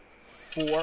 four